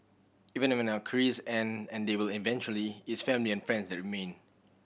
even when our careers end and they will eventually it's family and friends that remain